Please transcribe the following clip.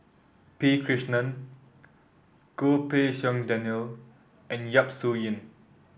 P Krishnan Goh Pei Siong Daniel and Yap Su Yin